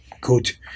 good